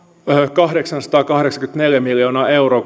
kahdeksansataakahdeksankymmentäneljä miljoonaa euroa